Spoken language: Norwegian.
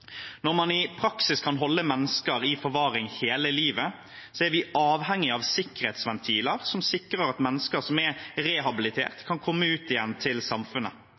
Når man i praksis kan holde mennesker i forvaring hele livet, er vi avhengig av sikkerhetsventiler som sikrer at mennesker som er rehabilitert, kan komme ut igjen til samfunnet.